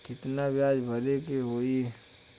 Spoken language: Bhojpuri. कितना ब्याज भरे के होई?